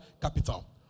capital